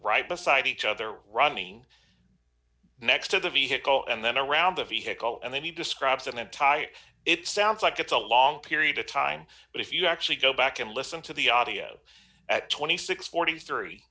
right beside each other running next to the vehicle and then around the vehicle and then he describes an entire it sounds like it's a long period of time but if you actually go back and listen to the audio at tw